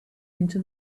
into